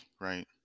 right